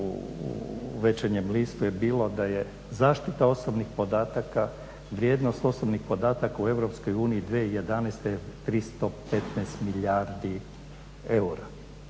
u Večernjem listu je bilo da je zaštita osobnih podataka, vrijednost osobnih podataka u EU 2011. 315 milijardi eura